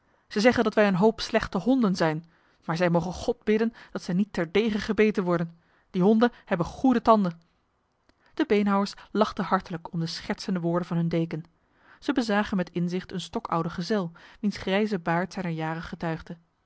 zij zeggen dat wij een hoop slechte honden zijn maar zij mogen god bidden dat zij niet terdege gebeten worden die honden hebben goede tanden de beenhouwers lachten hartelijk om de schertsende woorden van hun deken zij bezagen met inzicht een stokoude gezel wiens grijze baard zijner jaren getuigde